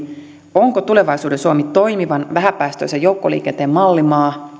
onko tulevaisuuden suomi toimivan vähäpäästöisen joukkoliikenteen mallimaa